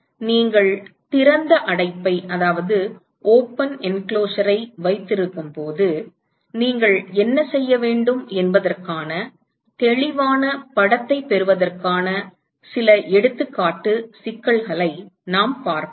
நீங்கள் திறந்த அடைப்பை வைத்திருக்கும் போது நீங்கள் என்ன செய்ய வேண்டும் என்பதற்கான தெளிவான படத்தைப் பெறுவதற்கான சில எடுத்துக்காட்டு சிக்கல்களை நாம் பார்ப்போம்